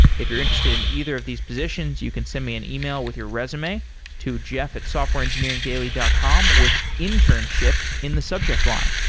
if you're interested in either of these positions, you can send me an email with your resume to jeff at softwareengineeringdaily dot com with internship in the subject line.